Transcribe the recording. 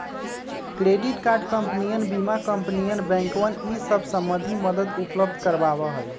credit card कंपनियन बीमा कंपनियन बैंकवन ई सब संबंधी मदद उपलब्ध करवावा हई